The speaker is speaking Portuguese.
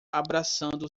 abraçando